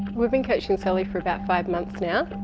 we've been coaching sally for about five months now.